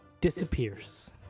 disappears